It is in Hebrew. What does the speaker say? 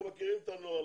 כל הכבוד לו.